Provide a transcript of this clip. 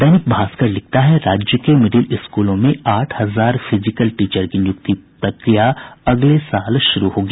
दैनिक भास्कर लिखता है राज्य के मिडिल स्कूलों में आठ हजार फिजिकल टीचर की नियुक्ति प्रक्रिया नये वर्ष में शुरू होगी